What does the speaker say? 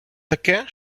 таке